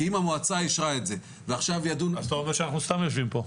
אם המועצה אישרה את זה --- אז אתה אומר שאנחנו סתם יושבים פה.